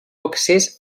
accés